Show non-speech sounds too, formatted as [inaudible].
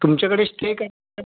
तुमच्याकडे श्टे काय [unintelligible]